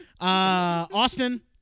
Austin